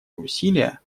усилия